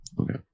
okay